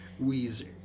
Weezer